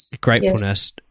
gratefulness